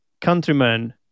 countrymen